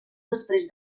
després